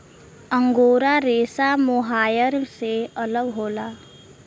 angora रेसा mohair से अलग होला